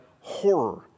horror